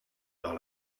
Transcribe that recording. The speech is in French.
par